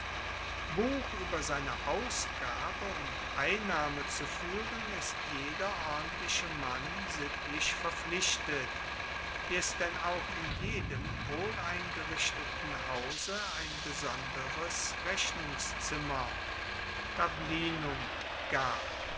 buch ueber seine ausgabe und einnahme zu fuehren ist jeder ordentliche mann sittlich verpflichtet wie es denn auch in jedem wohleingerichteten hause ein besonderes rechnungszimmer tablinum gab